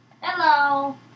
Hello